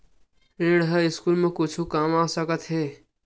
ऋण ह स्कूल मा कुछु काम आ सकत हे?